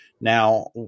Now